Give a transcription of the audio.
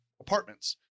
apartments